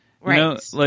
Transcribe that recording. Right